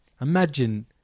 Imagine